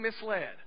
misled